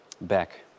back